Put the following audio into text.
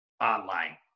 online